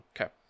okay